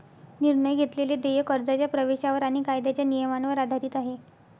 निर्णय घेतलेले देय कर्जाच्या प्रवेशावर आणि कायद्याच्या नियमांवर आधारित आहे